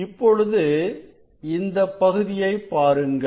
இப்பொழுது இந்தப் பகுதியைப் பாருங்கள்